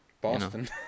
boston